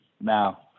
now